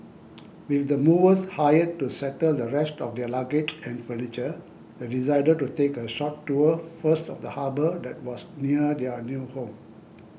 with the movers hired to settle the rest of their luggage and furniture they decided to take a short tour first of the harbour that was near their new home